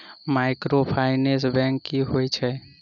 Microfinance bank की होइत अछि?